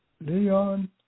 Leon